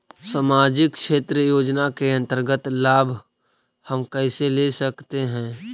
समाजिक क्षेत्र योजना के अंतर्गत लाभ हम कैसे ले सकतें हैं?